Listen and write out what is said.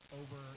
over